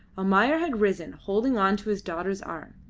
almayer had risen, holding on to his daughter's arm.